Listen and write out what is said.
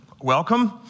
welcome